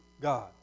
God